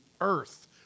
earth